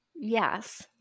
Yes